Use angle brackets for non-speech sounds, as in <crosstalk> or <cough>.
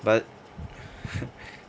but <laughs>